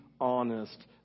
honest